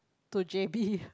to J_B